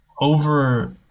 over